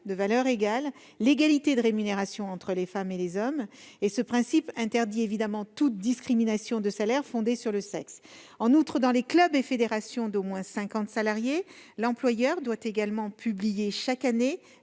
de valeur égale, l'égalité de rémunération entre les femmes et les hommes. Ce principe interdit bien évidemment toute discrimination de salaire fondée sur le sexe. En outre, dans les clubs et fédérations d'au moins cinquante salariés, l'employeur doit également publier chaque année